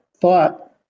thought